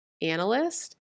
analyst